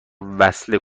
وصله